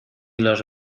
los